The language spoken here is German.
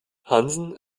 hansen